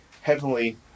heavenly